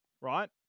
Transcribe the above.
right